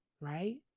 right